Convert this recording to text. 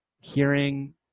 hearing